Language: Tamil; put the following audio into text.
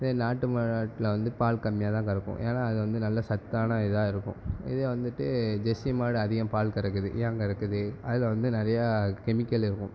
இதே நாட்டு மாட்டில் வந்து பால் கம்மியாக தான் கறக்கும் ஏன்னா அது வந்து நல்லா சத்தான இதாக இருக்கும் இதே வந்துவிட்டு ஜெர்சி மாடு அதிகம் பால் கறக்குது ஏன் கறக்குது அதில் வந்து நிறையா கெமிக்கல் இருக்கும்